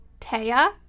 Taya